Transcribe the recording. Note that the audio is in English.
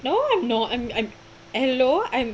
no I'm not I'm I'm hello I'm